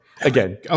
Again